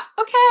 Okay